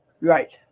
Right